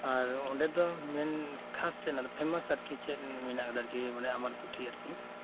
ᱟᱨ ᱚᱸᱰᱮ ᱫᱚ ᱢᱮᱱ ᱠᱷᱟᱥ ᱯᱷᱮᱢᱟᱥ ᱟᱨᱠᱤ ᱪᱮᱫ ᱢᱮᱱᱟᱜ ᱟᱠᱟᱫᱟ ᱟᱢᱟᱨᱠᱩᱴᱷᱤ ᱟᱨᱠᱤ